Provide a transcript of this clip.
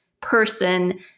person